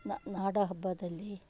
ನಾ ನಾಡಹಬ್ಬದಲ್ಲಿ